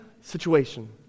situation